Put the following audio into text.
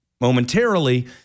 momentarily